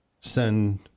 send